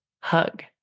hug